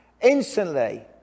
instantly